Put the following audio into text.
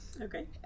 Okay